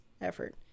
effort